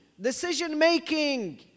decision-making